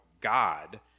God